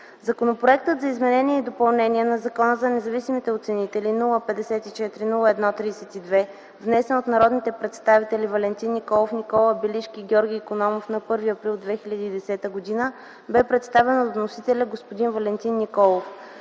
Законопроектът за изменение и допълнение на Закона за независимите оценители, № 054-01-32, внесен от народните представители Валентин Николов, Никола Белишки и Георги Икономов на 1 април 2010 г., бе представен от вносителя – господин Валентин Николов.